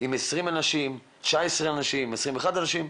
אם 20 אנשים, 19 אנשים, 21 אנשים.